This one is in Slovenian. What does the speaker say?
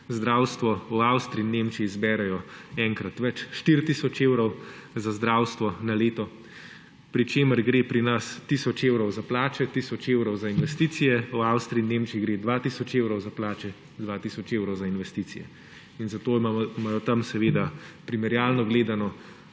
zdravstvo, v Avstriji in Nemčiji zberejo enkrat več, 4 tisoč evrov za zdravstvo na leto, pri čemer gre pri nas tisoč evrov za plače, tisoč evrov za investicije, v Avstriji in Nemčiji gre 2 tisoč evrov za plače, 2 tisoč za investicije; in zato imajo tam seveda, primerjalno gledano,